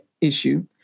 issue